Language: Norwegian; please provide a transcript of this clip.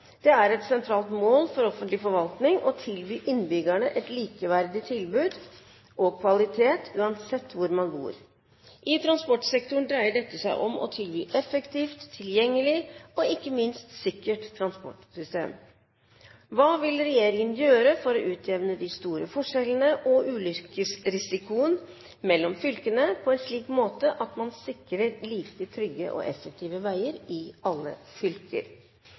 ta opp et viktig spørsmål, som overhodet ikke blir besvart. Så jeg skal stille det igjen: Hva vil regjeringen gjøre for å utjevne de store forskjellene og ulykkesrisikoen mellom fylkene på en slik måte at man sikrer like trygge og effektive veier i alle fylker?